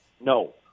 No